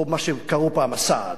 או מה שקראו פעם, הסעד?